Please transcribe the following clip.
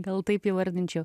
gal taip įvardinčiau